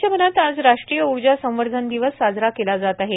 देशभरात आज राष्ट्रीय उर्जा संवर्धन दिवस साजरा केला जात आहे